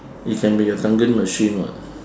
it can be your kangen machine what